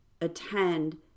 attend